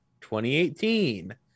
2018